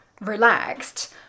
relaxed